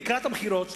לקראת הבחירות,